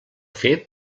fer